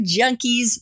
junkies